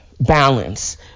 Balance